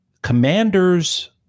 Commanders